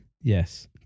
yes